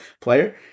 player